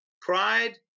Pride